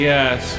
Yes